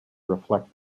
reflect